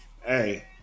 Hey